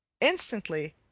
Instantly